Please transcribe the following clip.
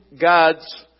God's